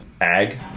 ag